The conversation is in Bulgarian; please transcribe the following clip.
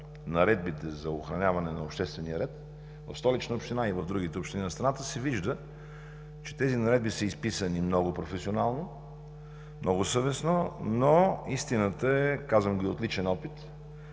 наредбите за охраняване на обществения ред в Столична община и в другите общини на страната, се вижда, че тези наредби са изписани много професионално, много съвестно, но истината е, казвам Ви от личен опит,